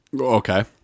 Okay